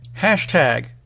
hashtag